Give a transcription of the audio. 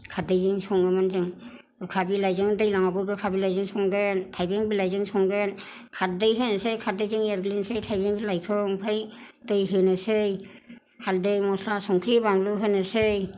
खारदैजों सङोमोन जों गोखा बिलाइजों दैलाङावबो गोखा बिलाइजों संगोन थायबें बिलाइजों संगोन खारदै होनोसै खारदैजों एरग्लिनोसै थायबें बिलाइखौ ओमफाय दै होनोसै हाल्दै मसला संख्रि बानलु होनोसै